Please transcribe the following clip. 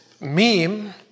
meme